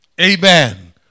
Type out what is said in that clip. amen